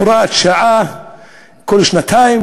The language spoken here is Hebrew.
הוראת שעה כל שנתיים,